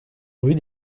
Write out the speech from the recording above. rue